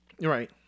Right